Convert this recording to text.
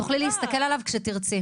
תוכלי להסתכל עליו כשתרצי.